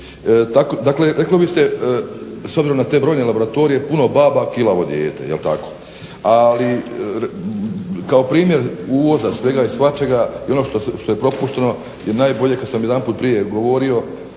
Dakle, reklo bi se s obzirom na to brojne laboratorije puno baba kilavo dijete jel tako, ali kao primjer uvoza svega i svačega i ono što je propušteno je najbolje kada sam jedanput prije govorio